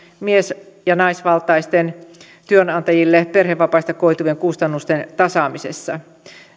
mies ja naisvaltaisten alojen työnantajille perhevapaista koituvien kustannusten tasaamisessa